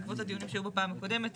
בעקבות הדיונים שהיו בפעם הקודמת.